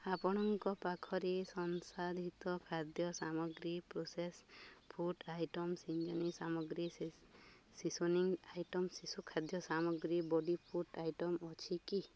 ଆପଣଙ୍କ ପାଖରେ ସଂସାଧିତ ଖାଦ୍ୟ ସାମଗ୍ରୀ process food item seasoning food item ସାମଗ୍ରୀ ଶିଶୁ ଖାଦ୍ୟ ସାମଗ୍ରୀ ବଡ଼ି ଫୁଡ଼୍ ଆଇଟମ୍ ଅଛି କି